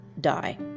die